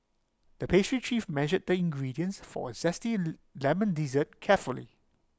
the pastry chief measured the ingredients for A Zesty Lemon Dessert carefully